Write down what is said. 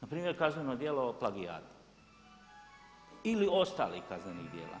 Npr. kazneno djelo plagijata ili ostalih kaznenih djela.